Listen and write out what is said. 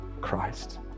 Christ